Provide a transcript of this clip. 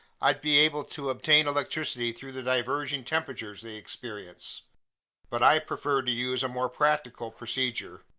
i'd be able to obtain electricity through the diverging temperatures they experience but i preferred to use a more practical procedure.